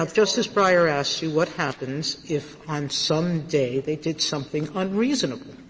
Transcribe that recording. like justice breyer asked you what happens if on some day they did something unreasonable.